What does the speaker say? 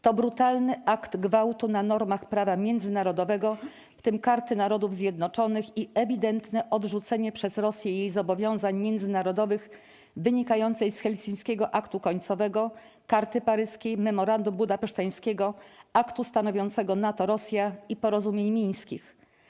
To brutalny akt gwałtu na normach prawa międzynarodowego, w tym Karty Narodów Zjednoczonych, i ewidentne odrzucenie przez Rosję jej zobowiązań międzynarodowych wynikających z helsińskiego aktu końcowego, karty paryskiej, memorandum budapeszteńskiego, aktu stanowiącego NATO-Rosja i porozumień mińskich.